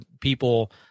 people